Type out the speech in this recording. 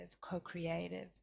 co-creative